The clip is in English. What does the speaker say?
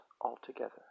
altogether